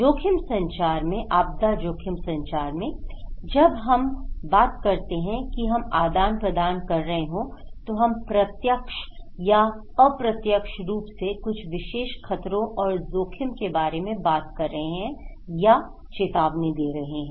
जोखिम संचार में आपदा जोखिम संचार में जब हम कहते हैं कि हम आदान प्रदान कर रहे हैं तो हम प्रत्यक्ष या अप्रत्यक्ष रूप से कुछ विशेष खतरों और जोखिम के बारे में बात कर रहे हैं या चेतावनी दे रहे हैं